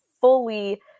fully